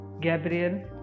Gabriel